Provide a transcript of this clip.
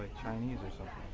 chinese or something